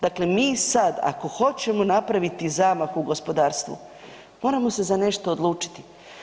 Dakle, mi sad ako hoćemo napraviti zamah u gospodarstvu moramo se za nešto odlučiti.